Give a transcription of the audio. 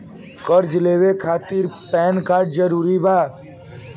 कर्जा लेवे खातिर पैन कार्ड जरूरी बा?